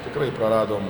tikrai praradom